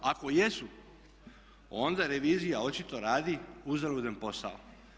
Ako jesu onda revizija očito radi uzaludan posao.